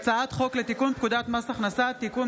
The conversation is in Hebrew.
אני קובע שהצעת חוק העונשין (תיקון,